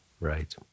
right